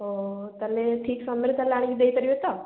ଓହଃ ତାହେଲେ ଠିକ୍ ସମୟରେ ଆଣିକି ଦେଇପାରିବେ ତ